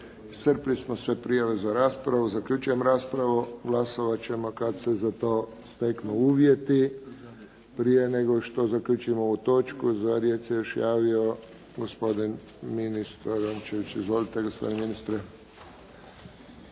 Iscrpili smo sve prijave za raspravu. Zaključujem raspravu. Glasovat ćemo kad se za to steknu uvjeti. Prije nego što zaključim ovu točku, za riječ se još javio gospodin ministar Rončević. Izvolite gospodine ministre.